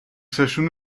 session